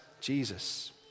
Jesus